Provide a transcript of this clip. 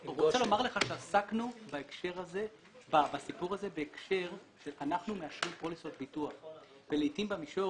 עסקנו בסיפור הזה בהקשר שאנחנו מאשרים פוליסות ביטוח ולעתים במישור